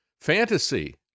fantasy